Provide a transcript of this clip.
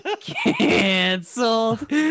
Canceled